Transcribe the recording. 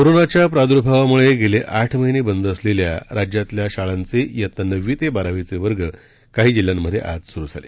कोरोनाच्या प्राद्भावामुळे गेले आठ महिने बंद असलेल्या राज्यातल्या शाळांचे नववी ते बारावीचे वर्ग काही जिल्ह्यांमध्ये आज सुरु झाले